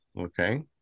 Okay